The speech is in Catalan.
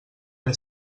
era